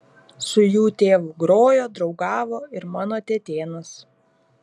su jų tėvu grojo draugavo ir mano tetėnas